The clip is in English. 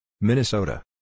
Minnesota